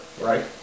right